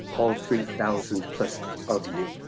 all three thousand plus of you.